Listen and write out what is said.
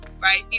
Right